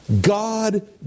God